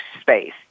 space